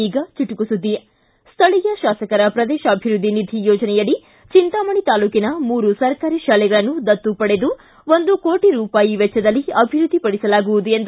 ಈಗ ಚುಟುಕು ಸುದ್ದಿ ಸ್ವಳೀಯ ಶಾಸಕರ ಪ್ರದೇಶಾಭಿವೃದ್ದಿ ನಿಧಿ ಯೋಜನೆಯಡಿ ಚಿಂತಾಮಣಿ ತಾಲೂಕಿನ ಮೂರು ಸರ್ಕಾರಿ ಶಾಲೆಗಳನ್ನು ದತ್ತು ಪಡೆದು ಒಂದು ಕೋಟ ರೂಪಾಯಿ ವೆಚ್ಚದಲ್ಲಿ ಅಭಿವೃದ್ದಿ ಪಡಿಸಲಾಗುವುದು ಎಂದು ಶಾಸಕ ಎಂ